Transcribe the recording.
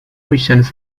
recent